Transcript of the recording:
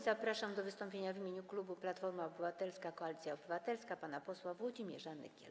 Zapraszam do wystąpienia w imieniu klubu Platforma Obywatelska - Koalicja Obywatelska pana posła Włodzimierza Nykiela.